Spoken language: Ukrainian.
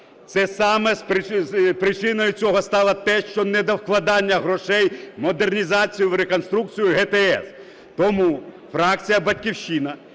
це саме причиною цього стало те, що недовкладення грошей в модернізацію, в реконструкцію ГТС. Тому фракція "Батьківщина"